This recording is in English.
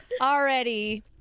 Already